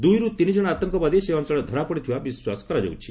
ଦୁଇରୁ ତିନିଜଣ ଆତଙ୍କବାଦୀ ସେ ଅଞ୍ଚଳରେ ଧରାପଡିଥିବା ବିଶ୍ୱାସ କରାଯାଉଛି